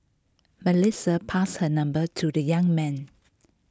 Melissa passed her number to the young man